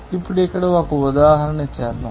ఇప్పుడు ఇక్కడ ఒక ఉదాహరణ చేద్దాం